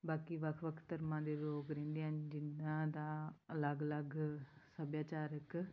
ਬਾਕੀ ਵੱਖ ਵੱਖ ਧਰਮਾਂ ਦੇ ਲੋਕ ਰਹਿੰਦੇ ਹਨ ਜਿਨ੍ਹਾਂ ਦਾ ਅਲੱਗ ਅਲੱਗ ਸੱਭਿਆਚਾਰਕ